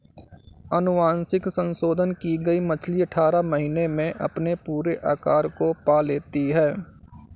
अनुवांशिक संशोधन की गई मछली अठारह महीने में अपने पूरे आकार को पा लेती है